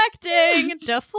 deflecting